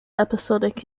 episodic